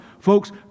Folks